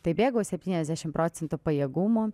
tai bėgau septyniasdešimt procentų pajėgumo